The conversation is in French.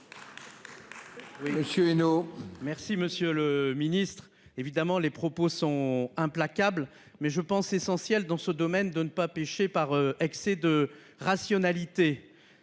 Monsieur le ministre, vos propos sont implacables, mais il est essentiel dans ce domaine de ne pas pécher par excès de rationalité.